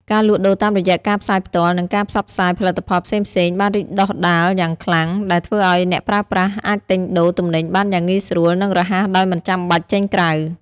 ការលក់ដូរតាមរយៈការផ្សាយផ្ទាល់ និងការផ្សព្វផ្សាយផលិតផលផ្សេងៗបានរីកដុះដាលយ៉ាងខ្លាំង ដែលធ្វើឱ្យអ្នកប្រើប្រាស់អាចទិញដូរទំនិញបានយ៉ាងងាយស្រួល និងរហ័សដោយមិនចាំបាច់ចេញក្រៅ។